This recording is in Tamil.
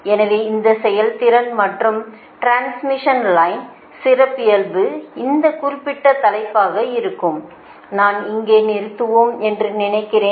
எனவே இந்த செயல்திறன் மற்றும் டிரான்ஸ்மிஷன் லைனின் சிறப்பியல்பு இந்த குறிப்பிட்ட தலைப்பாக இருக்கும் நான் இங்கே நிறுத்துவோம் என்று நினைக்கிறேன்